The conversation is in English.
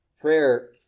prayer